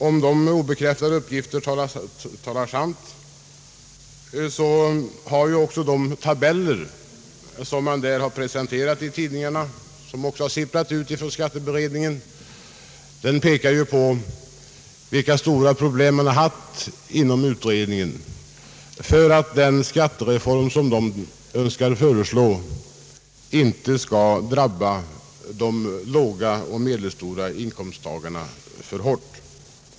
Om de obekräftade uppgifterna i pressen talar sant, visar de tabeller som presenterats vilka stora problem utredningen haft för att den skattereform som den önskar föreslå inte skall drabba de små och medelstora inkomsttagarna för hårt.